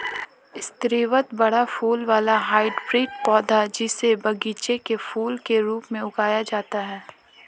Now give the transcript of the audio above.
स्रीवत बड़ा फूल वाला हाइब्रिड पौधा, जिसे बगीचे के फूल के रूप में उगाया जाता है